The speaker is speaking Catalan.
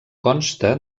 consta